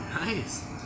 Nice